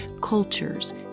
cultures